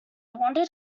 wondered